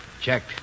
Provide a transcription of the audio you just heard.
Checked